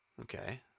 okay